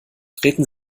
treten